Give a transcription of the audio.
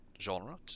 genre